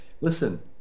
listen